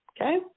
Okay